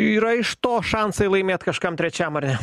yra iš to šansai laimėt kažkam trečiam ar ne